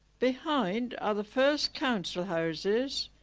behind are the first council houses.